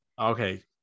okay